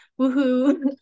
woohoo